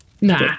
Nah